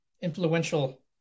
influential